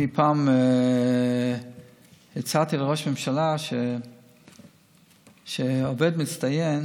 אני פעם הצעתי לראש הממשלה שייתנו עובד מצטיין